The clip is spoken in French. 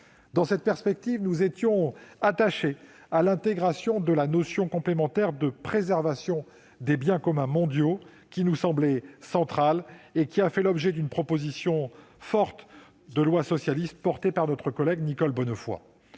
Dans cette perspective, nous étions attachés à l'intégration de la notion complémentaire de « préservation des biens communs mondiaux », qui nous semblait centrale et qui a fait l'objet d'une proposition de loi socialiste forte, portée par notre collègue Nicole Bonnefoy.